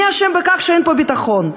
מי אשם בכך שאין פה ביטחון?